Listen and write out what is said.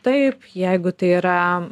taip jeigu tai yra